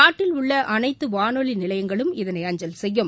நாட்டில் உள்ள அனைத்துவானொலிநிலையங்களும் இதனை அஞ்சல் செய்யும்